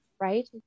right